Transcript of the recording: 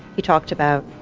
he talked about